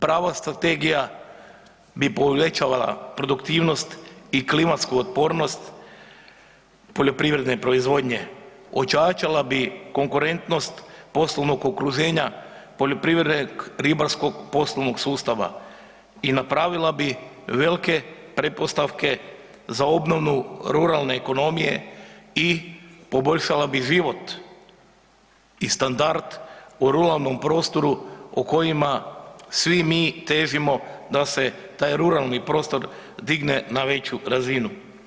Prava strategija bi povećala produktivnost i klimatsku otpornost poljoprivredne proizvodnje, ojačala bi konkurentnost poslovnog okruženja poljoprivrednog, ribarskog poslovnog sustava i napravila bi velike pretpostavke za obnovu ruralne ekonomije i poboljšala bi život i standard u ruralnom prostoru o kojima svi mi težimo da se taj ruralni prostor digne na veću razinu.